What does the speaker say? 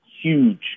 Huge